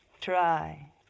Try